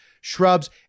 shrubs